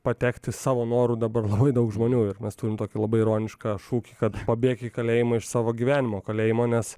patekti savo noru dabar labai daug žmonių ir mes turim tokį labai ironišką šūkį kad pabėk į kalėjimą iš savo gyvenimo kalėjimo nes